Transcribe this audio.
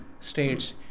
states